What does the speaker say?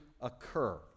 occur